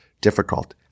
difficult